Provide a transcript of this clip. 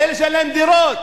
לאלה שאין להם דירות,